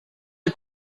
est